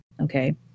okay